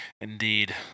Indeed